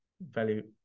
Value